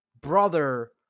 brother